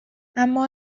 اما